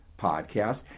podcast